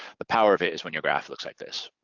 the power of it is when your graph looks like this.